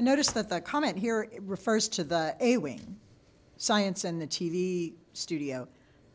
i notice that that comment here it refers to the ailing science and the t v studio